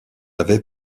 avait